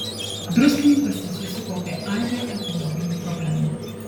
druskininkuose susikaupė aibė ekologinių problemų